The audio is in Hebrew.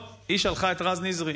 טוב, היא שלחה את רז נזרי.